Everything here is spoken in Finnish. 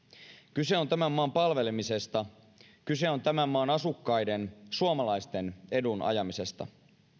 kyse on tämän maan palvelemisesta kyse on tämän maan asukkaiden suomalaisten edun ajamisesta